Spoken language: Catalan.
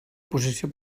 posició